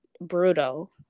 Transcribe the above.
brutal